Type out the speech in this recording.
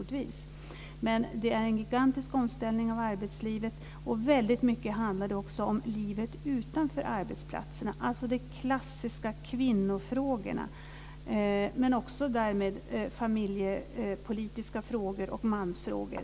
Det är en gigantisk omställning av arbetslivet, och väldigt mycket handlar om livet utanför arbetsplatserna. Det är de klassiska kvinnofrågorna men också familjepolitiska frågor och mansfrågor.